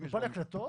אולפן הקלטות